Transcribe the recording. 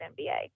NBA